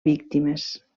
víctimes